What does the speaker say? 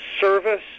service